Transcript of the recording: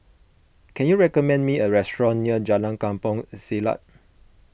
can you recommend me a restaurant near Jalan Kampong Siglap